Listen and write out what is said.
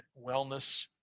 wellness